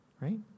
Right